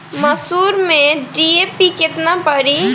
मसूर में डी.ए.पी केतना पड़ी?